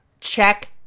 check